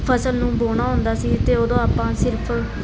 ਫਸਲ ਨੂੰ ਵਾਹੁਣਾ ਹੁੰਦਾ ਸੀ ਤਾਂ ਉਦੋਂ ਆਪਾਂ ਸਿਰਫ